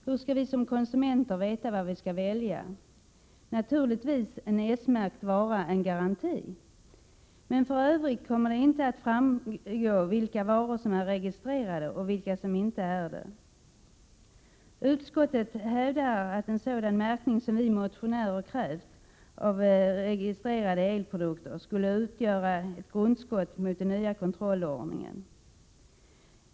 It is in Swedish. Hur skall vi som konsumenter veta vad vi skall välja? En S-märkning är naturligtvis en garanti för varan. I övrigt kommer det emellertid inte att framgå vilka varor som är registrerade och vilka som inte är det. Utskottet hävdar att en sådan märkning av registrerade elprodukter som vi motionärer kräver skulle utgöra ett grundskott mot den nya kontrollordningen.